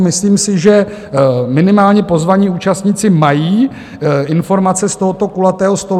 Myslím si, že minimálně pozvaní účastníci mají informace z tohoto kulatého stolu.